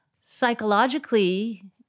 psychologically